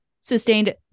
sustained